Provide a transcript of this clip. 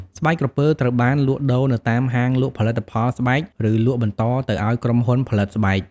ស្បែកក្រពើត្រូវបានលក់ដូរនៅតាមហាងលក់ផលិតផលស្បែក ឬលក់បន្តទៅឲ្យក្រុមហ៊ុនផលិតស្បែក។